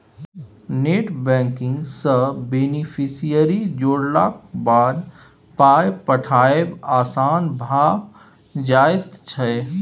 net banking सँ beneficiary जोड़लाक बाद पाय पठायब आसान भऽ जाइत छै